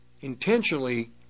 intentionally